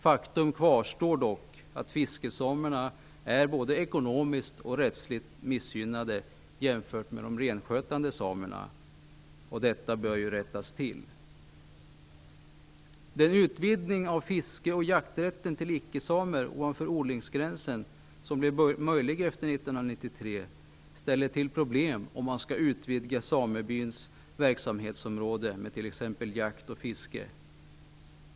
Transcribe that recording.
Faktum kvarstår dock, fiskesamerna är både ekonomiskt och rättsligt missgynnade jämfört med de renskötande samerna, och detta bör ju rättas till. Den utvidgning av fiske och jakträtten till ickesamer ovanför odlingsgränsen som blev möjlig efter 1993 ställer till problem om man skall utvidga samebyns verksamhetsområde med t.ex. jakt och fiske.